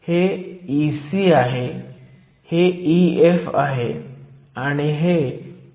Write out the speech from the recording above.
तर Wp हे 43 nanometre आणि Wn हे 87 नॅनोमीटर आहे